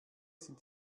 sind